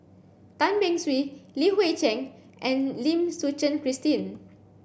Tan Beng Swee Li Hui Cheng and Lim Suchen Christine